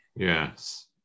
Yes